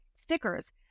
stickers